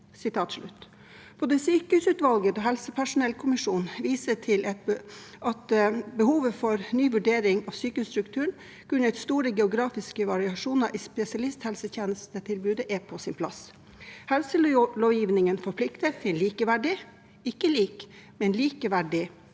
Både sykehusutvalget og helsepersonellkommisjonen viser til at behovet for en ny vurdering av sykehusstrukturen grunnet store geografiske variasjoner i spesialisthelsetjenestetilbudet er på sin plass. Helselovgivningen forplikter til et likeverdig – ikke likt, men likeverdig